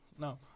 No